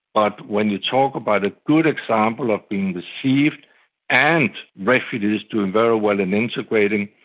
but when you talk about a good example of being received and refugees doing very well and integrating,